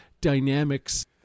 dynamics